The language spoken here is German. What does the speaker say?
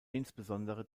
insbesondere